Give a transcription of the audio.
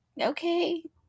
okay